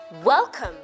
Welcome